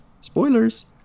spoilers